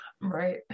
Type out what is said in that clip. Right